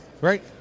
Right